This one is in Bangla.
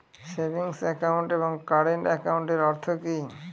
সেভিংস একাউন্ট এবং কারেন্ট একাউন্টের অর্থ কি?